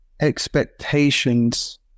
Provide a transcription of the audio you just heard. expectations